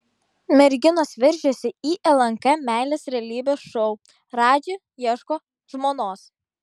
merginos veržiasi į lnk meilės realybės šou radži ieško žmonos